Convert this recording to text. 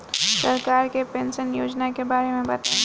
सरकार के पेंशन योजना के बारे में बताईं?